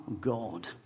God